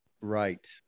Right